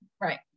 right